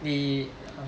你 !huh!